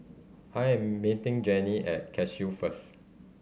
I am meeting Jennie at Cashew first